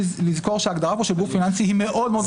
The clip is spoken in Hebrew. צריך לזכור שההגדרה של גוף פיננסי פה היא מאוד מאוד רחבה.